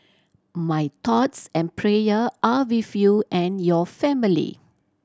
my thoughts and prayer are with you and your family